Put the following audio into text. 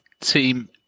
team